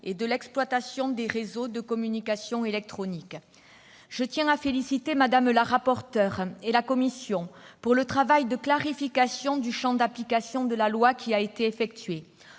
et de l'exploitation des réseaux de communications électroniques. Je tiens à féliciter Mme le rapporteur et la commission du travail de clarification du champ d'application de la loi qui a été effectué.